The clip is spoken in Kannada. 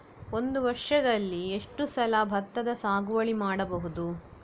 ಒಂದು ವರ್ಷದಲ್ಲಿ ಎಷ್ಟು ಸಲ ಭತ್ತದ ಸಾಗುವಳಿ ಮಾಡಬಹುದು?